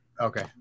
Okay